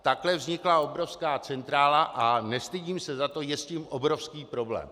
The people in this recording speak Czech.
Takhle vznikla obrovská centrála, a nestydím se za to, je s tím obrovský problém.